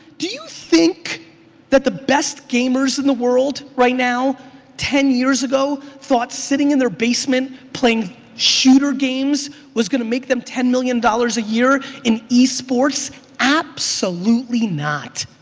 do you think that the best gamers in the world right now ten years ago thought sitting in their basement playing shooter games was gonna make them ten million dollars a year in e-sports? absolutely not.